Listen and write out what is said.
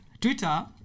Twitter